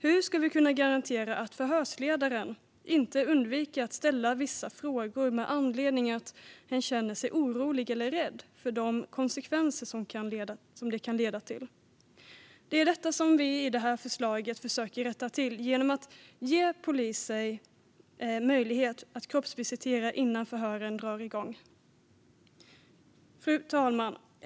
Hur ska vi kunna garantera att förhörsledaren inte undviker att ställa vissa frågor med anledning av att hen känner sig orolig eller rädd för de konsekvenser som det kan leda till? Det är detta som vi i det här förslaget försöker rätta till genom att ge polisen möjlighet att kroppsvisitera innan förhören drar igång. Fru talman!